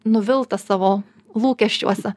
nuviltas savo lūkesčiuose